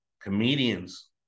comedians